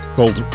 Called